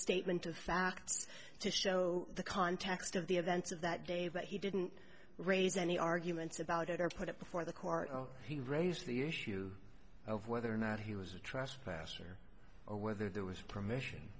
statement of facts to show the context of the events of that day but he didn't raise any arguments about it or put it before the court he raised the issue of whether or not he was a trespasser or whether there was permission